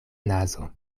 nazo